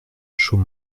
chaud